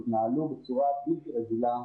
התנהלו בצורה בלתי רגילה,